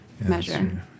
measure